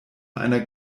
einer